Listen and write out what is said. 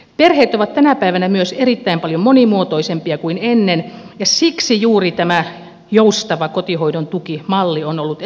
perheet ovat tänä päivänä myös erittäin paljon monimuotoisempia kuin ennen ja siksi juuri tämä joustava kotihoidon tuki malli on ollut erittäin hyvä